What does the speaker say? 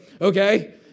Okay